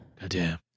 Goddamn